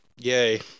Yay